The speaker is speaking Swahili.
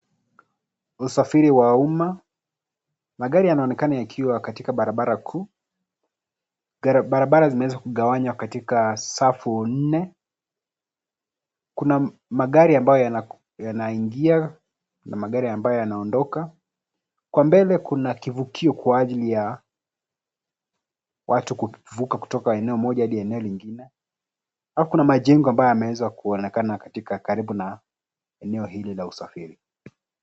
Usafiri wa umma, magari yanaonekana yakiwa katika barabara kuu, barabara zinaweza kugawanywa katika safu nne. Kuna magari ambayo yanaingia na magari amabayo yanaondoka kwa mbele kuna kivukio kwa ajili ya watu kuvuka kutoka eneo moja hadi eneo lingine alafu kuna majengo ambayo yameweza kuonekana katika karibu na eneo hili la usafiri.